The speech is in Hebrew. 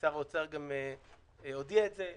ושר האוצר גם הודיע את זה,